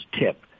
tip